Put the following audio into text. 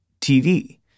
TV